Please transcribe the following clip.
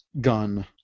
gun